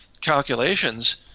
calculations